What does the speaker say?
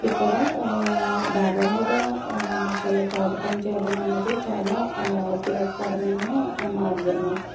ఇక్కడ డాబా మీద మొక్కలు తోట పని చేయడం అనేది చాలా ఉపయోగకరమైన ఆ మార్గము